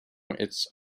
its